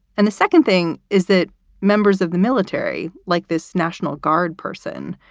and the second thing is that members of the military, like this national guard person,